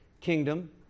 kingdom